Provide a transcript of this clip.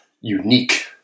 unique